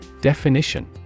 definition